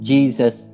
Jesus